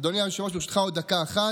אדוני היושב-ראש, ברשותך, עוד דקה אחת.